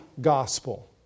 gospel